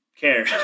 care